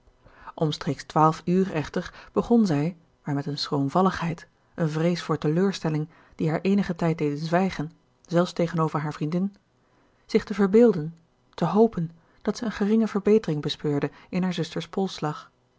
omstreeks twaalf uur echter begon zij maar met een schroomvalligheid eene vrees voor teleurstelling die haar eenigen tijd deden zwijgen zelfs tegenover haar vriendin zich te verbeelden te hopen dat zij een geringe verbetering bespeurde in haar zuster's